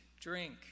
drink